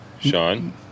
Sean